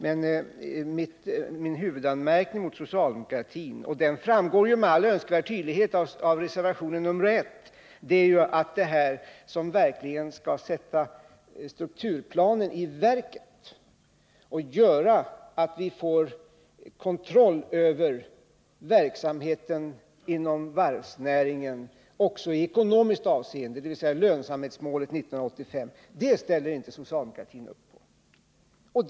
Men min huvudanmärkning mot socialdemokratins förslag — såsom det framgår av reservationen 1 — är att socialdemokratin inte ställer upp på det som verkligen skulle sätta strukturplanen i funktion och göra att vi får kontroll över verksamheten inom varvsnäringen också i ekonomiskt avseende, dvs. lönsamhetsmålet 1985.